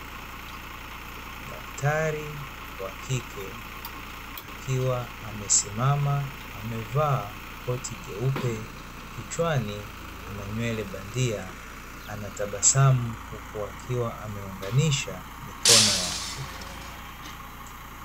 Daktari wakike akiwa amesimama amevaa koti jeupe, kichwani ananywele bandia anatabasamu huku akiwa ameunganisha mikono yake.